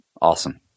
awesome